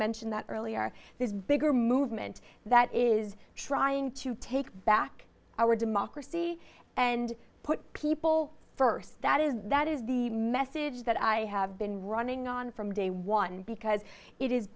mentioned that earlier this bigger movement that is trying to take back our democracy and put people first that is that is the message that i have been running on from day one because it is